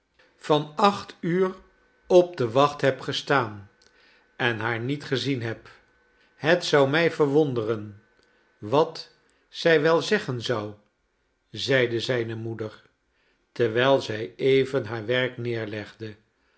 van acht uur op de wacht heb gestaan en haar niet gezien heb het zou mij verwonderen wat zij wel zeggen zou zeide zijne moeder terwijl zij even haar werk neerlegde